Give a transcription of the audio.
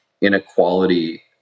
inequality